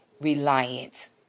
reliance